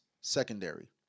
secondary